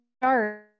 start